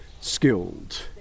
skilled